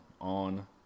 on